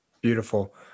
Beautiful